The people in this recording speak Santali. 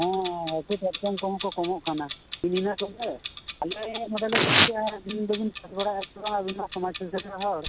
ᱦᱮᱸ ᱦᱟᱹᱠᱩ ᱠᱟᱴᱠᱚᱢ ᱠᱚᱦᱚᱸ ᱠᱚ ᱠᱚᱢᱚᱜ ᱠᱟᱱᱟ ᱤᱱ ᱤᱱᱟᱹ ᱠᱚᱜᱮ ᱟᱞᱮ ᱱᱚᱰᱮ ᱞᱮ ᱪᱟᱥᱮᱜᱼᱟ ᱟᱹᱵᱤᱱ ᱫᱚᱵᱤᱱ ᱪᱟᱥ ᱵᱟᱲᱟᱭᱣᱜᱼᱟ ᱥᱮ ᱵᱟᱝ ᱟᱹᱵᱤᱱᱢᱟ ᱥᱚᱢᱟᱡᱽ ᱥᱩᱥᱟᱹᱨᱤᱭᱟᱹ ᱦᱚᱲ